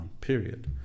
period